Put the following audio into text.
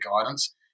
guidance